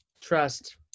Trust